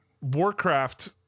Warcraft